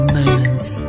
moments